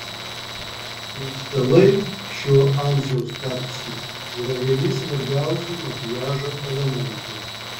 skaistalai šiuo amžiaus tarpsniu yra vieni svarbiausių makiažo elementų